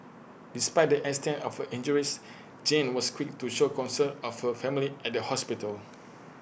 despite the extent of her injures Jean was quick to show concern of her family at the hospital